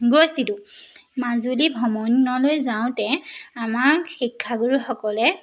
গৈছিলোঁ মাজুলী ভ্ৰমণলৈ যাওঁতে আমাক শিক্ষাগুৰুসকলে